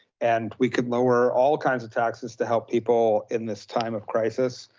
and we could lower all kinds of taxes to help people in this time of crisis.